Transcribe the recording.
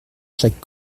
chaque